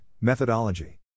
methodology